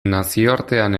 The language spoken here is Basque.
nazioartean